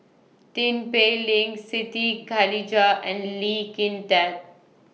Tin Pei Ling Siti Khalijah and Lee Kin Tat